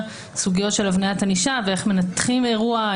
סוגיות של הבניית ענישה ואיך מנתחים אירוע,